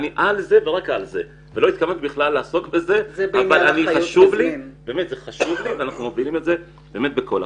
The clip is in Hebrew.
אני על זה כי זה חשוב לי ואנחנו מובילים את זה בעל הכוח.